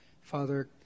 Father